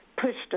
pushed